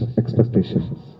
expectations